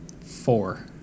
four